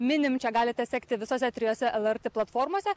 minim čia galite sekti visose trijose lrt platformose